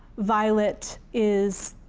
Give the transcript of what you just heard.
violet is,